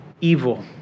evil